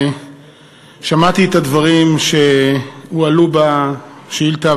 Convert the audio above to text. שמעתי את הדברים שהועלו במליאה,